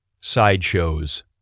sideshows